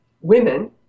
women